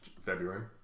February